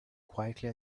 quietly